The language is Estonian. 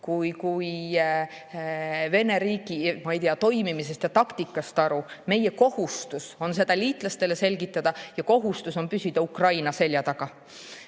ka Vene riigi toimimisest ja taktikast aru. Meie kohustus on seda liitlastele selgitada ja meie kohustus on püsida Ukraina selja taga.